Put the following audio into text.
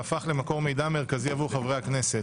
והפך למקור מידע מרכזי עבור חברי הכנסת.